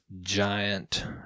giant